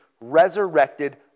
resurrected